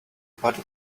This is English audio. body